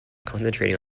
concentrating